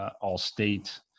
All-State